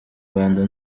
rwanda